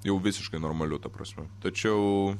jau visiškai normaliu ta prasme tačiau